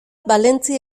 valentzia